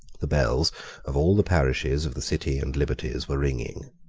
the bells of all the parishes of the city and liberties were ringing.